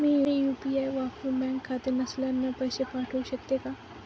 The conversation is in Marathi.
मी यू.पी.आय वापरुन बँक खाते नसलेल्यांना पैसे पाठवू शकते का?